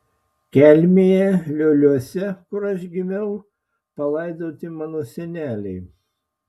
kelmėje lioliuose kur aš gimiau palaidoti mano seneliai